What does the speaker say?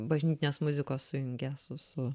bažnytinės muzikos sujungia su su